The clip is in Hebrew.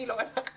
אני לא הלכתי לשם.